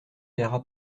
paiera